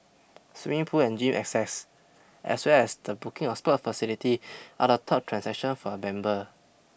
swimming pool and gym access as well as the booking of sport facility are the top transactions for a member